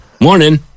Morning